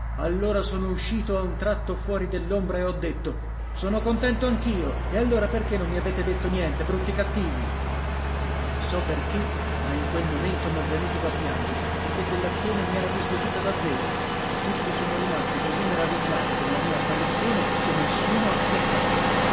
allora sono uscito a un tratto fuori dell'ombra e ho detto sono contento anch'io e allora perché non mi avete detto niente brutti cattivi non so perché ma in quel momento m'è venuto da piangere perché quell'azione mi era dispiaciuta davvero e tutti sono rimasti così meravigliati della mia apparizione che nessuno ha fiatato